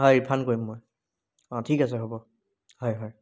হয় ৰিফাণ্ড কৰিম মই অঁ ঠিক আছে হ'ব হয় হয়